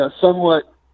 somewhat